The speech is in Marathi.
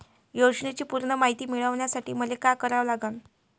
योजनेची पूर्ण मायती मिळवासाठी मले का करावं लागन?